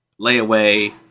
layaway